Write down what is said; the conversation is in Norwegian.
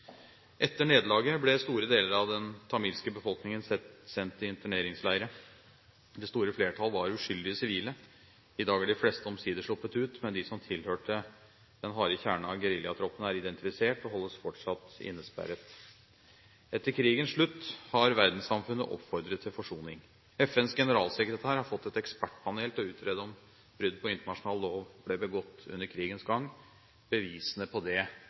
Etter nederlaget ble store deler av den tamilske befolkningen sendt i interneringsleirer. Det store flertallet var uskyldige sivile. I dag er de fleste omsider sluppet ut, men de som tilhørte den harde kjerne av geriljatroppene, er identifisert og holdes fortsatt innesperret. Etter krigens slutt har verdenssamfunnet oppfordret til forsoning. FNs generalsekretær har fått et ekspertpanel til å utrede om brudd på internasjonal lov ble begått under krigens gang. Bevisene på det